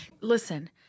Listen